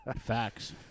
Facts